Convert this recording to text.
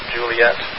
Juliet